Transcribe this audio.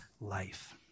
life